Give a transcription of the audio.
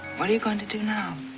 what are you going to do now?